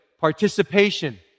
participation